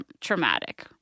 traumatic